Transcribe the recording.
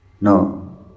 No